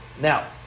Now